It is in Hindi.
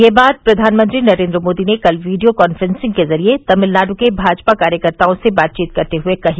यह बात प्रधानमंत्री नरेंद्र मोदी ने कल वीडियो काफ्रेंसिंग के जरिये तमिलनाडु के भाजपा कार्यकर्ताओं से बातचीत करते हुए कही